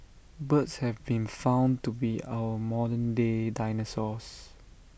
birds have been found to be our modern day dinosaurs